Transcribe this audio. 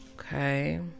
Okay